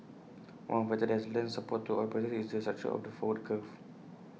one factor that has lent support to oil prices is the structure of the forward curve